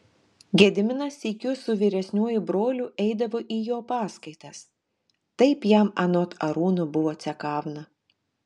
gediminas sykiu su vyresniuoju broliu eidavo į jo paskaitas taip jam anot arūno buvo cekavna